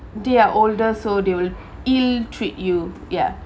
they are older so they will ill treat you ya